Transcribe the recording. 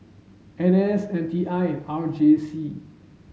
N S M T I and R J C